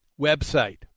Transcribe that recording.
website